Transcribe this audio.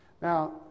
Now